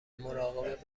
مراقب